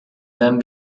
then